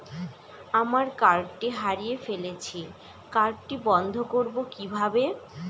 আমার কার্ডটি হারিয়ে ফেলেছি কার্ডটি বন্ধ করব কিভাবে?